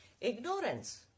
ignorance